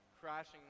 crashing